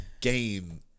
game